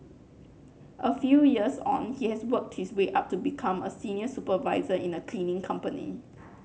a few years on he has worked his way up to become a senior supervisor in a cleaning company